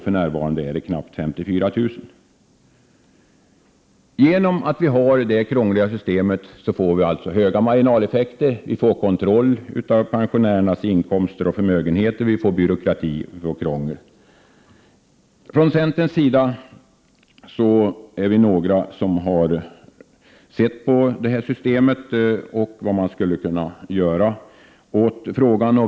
För närvarande är den knappt 54 000 kr. Genom att vi har detta krångliga system får vi alltså höga marginaleffekter, kontroll av pensionärernas inkomster och förmögenheter och byråkrati. Från centerns sida är vi några som har sett på vad man skall kunna göra åt frågan.